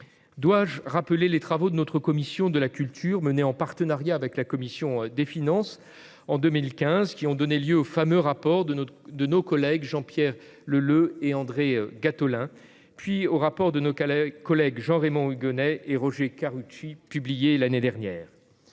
Dois-je rappeler les travaux de notre commission de la culture menés en partenariat avec la commission des finances en 2015, qui ont donné lieu au fameux rapport d'information de nos collègues Jean-Pierre Leleux et André Gattolin, puis au rapport d'information de nos collègues Jean-Raymond Hugonet et Roger Karoutchi, publié l'année dernière ?